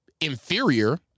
inferior